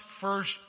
first